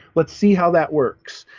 let's see how that works.